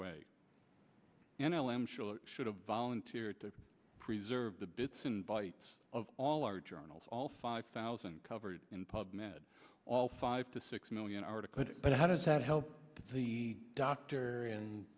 and should have volunteered to preserve the bits and bytes of all our journals all five thousand covered in pub med all five to six million are to could but how does that help the doctor